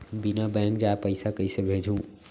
बिना बैंक जाए पइसा कइसे भेजहूँ?